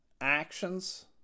actions